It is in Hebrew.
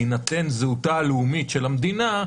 בהינתן זהותה הלאומית של המדינה,